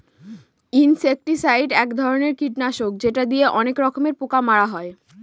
insecticide এক ধরনের কীটনাশক যেটা দিয়ে অনেক রকমের পোকা মারা হয়